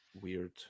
weird